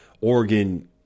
Oregon